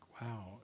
wow